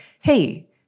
hey